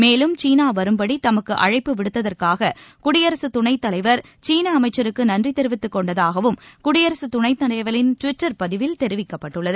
மேலும் சீனா வரும்படி தமக்கு அழைப்பு விடுத்ததற்காக குடியரசு துணைத் தலைவர் சீன அமைச்சருக்கு நன்றி தெரிவித்துக் கொண்டதாகவும் குடியரசு துணைத்தலைவரின் டுவிட்டர் பதிவில் தெரிவிக்கப்பட்டுள்ளது